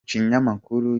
kinyamakuru